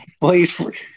Please